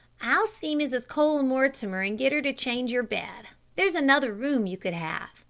i'll see mrs. cole-mortimer and get her to change your bed there's another room you could have,